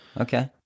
okay